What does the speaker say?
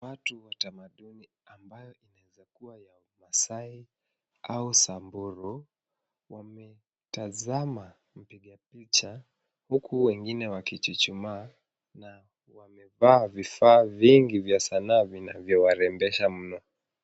Watu wa tamaduni ambayo inaweza kuwa ya masaai au samburu wametazama mpiga picha huku wengine wakichuchumaa na wamevaa vifaa vingi vya Sanaa vinavyo warembesha mno.